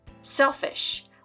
selfish